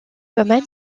domaine